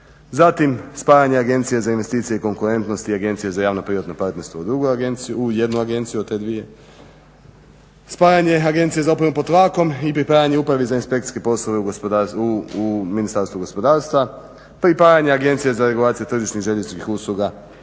Zatim spajanje Agencije za investicije i konkurentnost i Agencije za javno-privatno partnerstvo u drugu agenciju, u jednu agenciju od te dvije. Spajanje Agencije za opremu pod tlakom i pripajanje Upravi za inspekcijske poslove u Ministarstvu gospodarstva. Pripajanje Agencije za regulaciju tržišnih, željezničkih usluga